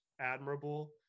admirable